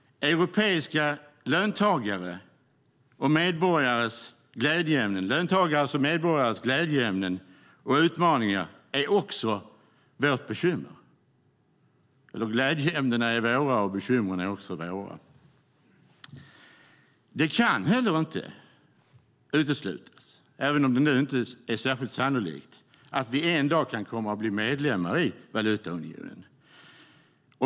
Europeiska löntagares och medborgares glädjeämnen och utmaningar är också våra. Glädjeämnena är våra, och bekymren är också våra. Det kan inte heller uteslutas, även om det inte är särskilt sannolikt, att vi en dag kan komma att bli medlemmar i valutaunionen.